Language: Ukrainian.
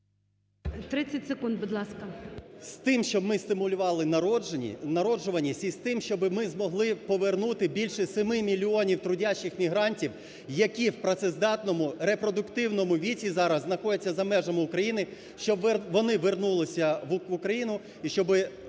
30 секунд, будь ласка. ПАПІЄВ М.М. З тим, щоб ми стимулювали народжуваність і з тим, щоб ми змогли повернути більше 7 мільйонів трудящих мігрантів, які в працездатному репродуктивному віці зараз знаходяться за межами України, щоб вони вернулися в Україну, і щоб